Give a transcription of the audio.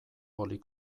boli